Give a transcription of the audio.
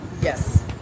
Yes